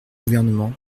gouvernement